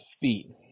feet